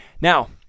Now